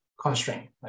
constraint